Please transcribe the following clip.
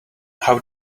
how